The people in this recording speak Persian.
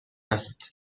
است